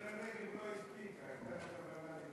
מירי רגב לא הספיקה, הייתה לה כוונה להצטרף.